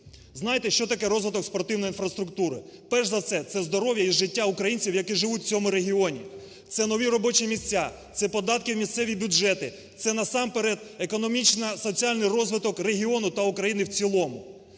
Знаєте, що таке розвиток спортивної інфраструктури? Перш за все, це здоров'я і життя українців, які живуть в цьому регіоні, це нові робочі місця, це податки в місцеві бюджети, це насамперед економічна, соціальний розвиток регіону та України в цілому.